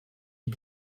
die